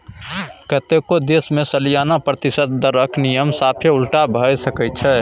कतेको देश मे सलियाना प्रतिशत दरक नियम साफे उलटा भए सकै छै